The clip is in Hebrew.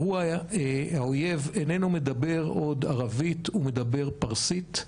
האויב אינו מדבר ערבית עוד, הוא מדבר פרסית,